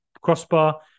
crossbar